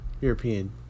European